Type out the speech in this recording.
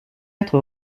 être